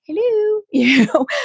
hello